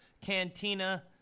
Cantina